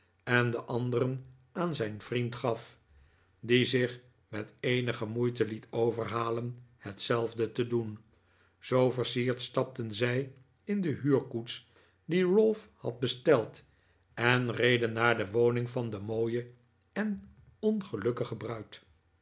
en den anderen aan zijn vriend gaf die zich met eenige moeite liet overhalen hetzelfde te doen zoo versierd stapten zij in de huurkoets die ralph had besteld en reden naar de woning van de mooie en ongelukkige